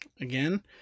again